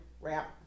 Wrap